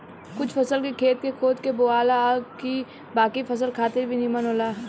कुछ फसल के खेत के खोद के बोआला आ इ बाकी फसल खातिर भी निमन होला